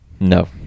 No